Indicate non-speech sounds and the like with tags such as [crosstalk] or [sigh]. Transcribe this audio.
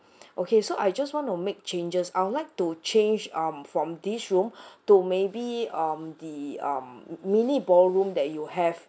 [noise] okay so I just want to make changes I would like to change um from this room [breath] to maybe um the um mini ballroom that you have